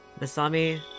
Masami